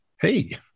hey